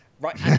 Right